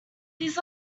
these